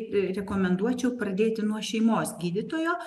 rekomenduočiau pradėti nuo šeimos gydytojo